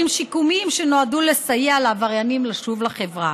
שיקומיים שנועדו לסייע לעבריינים לשוב לחברה.